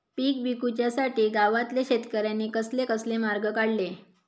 पीक विकुच्यासाठी गावातल्या शेतकऱ्यांनी कसले कसले मार्ग काढले?